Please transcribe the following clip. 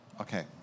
okay